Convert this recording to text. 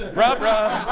brah, brah,